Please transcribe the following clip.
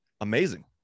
amazing